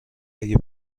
اگه